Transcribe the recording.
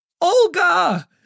Olga